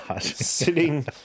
sitting